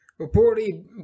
reportedly